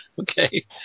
Okay